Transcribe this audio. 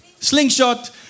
slingshot